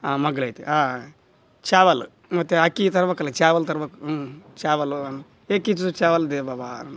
ಮಗ್ಲು ಐತೆ ಚಾವಲ್ಲು ಮತ್ತು ಅಕ್ಕಿ ತರಬೇಕಲ್ಲ ಚಾವಲ್ ತರಬೇಕು ಚಾವಲು ಅನ್ ಏಕ್ ಕೆಜಿ ಚಾವಲ್ ದೇ ಬಾಬಾ